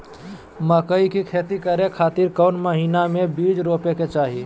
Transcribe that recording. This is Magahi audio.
मकई के खेती करें खातिर कौन महीना में बीज रोपे के चाही?